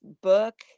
book